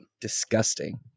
Disgusting